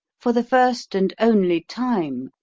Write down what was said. for the first and only time,